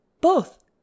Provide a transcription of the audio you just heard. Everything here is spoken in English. Both